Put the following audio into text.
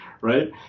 right